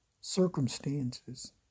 circumstances